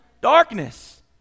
Darkness